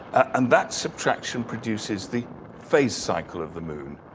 and that subtraction produces the phase cycle of the moon,